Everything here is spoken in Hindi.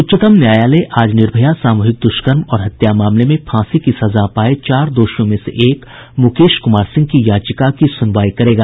उच्चतम न्यायालय आज निर्भया सामूहिक दुष्कर्म और हत्या मामले में फांसी की सजा पाए चार दोषियों में से एक मुकेश कुमार सिंह की याचिका की सुनवाई करेगा